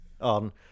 On